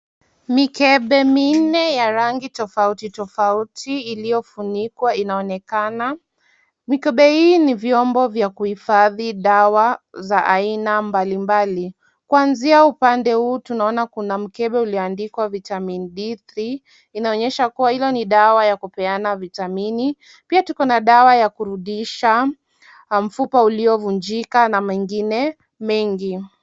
Mikebe minne ya rangi tofauti tofauti, iliyofunikwa, inaonekana. Mikebe hii ni vyombo vya kuhifadhi dawa za aina mbalimbali. Kuanzia upande huu, tunaona kuna mkebe ulioandikwa vitamin D3 , inaonyesha kuwa hilo ni dawa ya kupeana vitamini. Pia tuko na dawa ya kurudisha mfupa uliovunjika na mengine mengi.